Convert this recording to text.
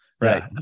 Right